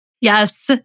Yes